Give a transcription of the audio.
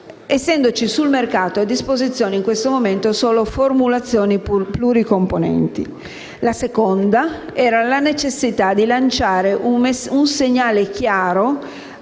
essendoci sul mercato a disposizione in questo momento solo formulazioni pluricomponenti. Il secondo tema era la necessità di lanciare un segnale chiaro